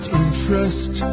interest